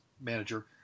manager